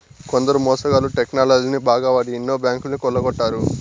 కొందరు మోసగాళ్ళు టెక్నాలజీని బాగా వాడి ఎన్నో బ్యాంకులను కొల్లగొట్టారు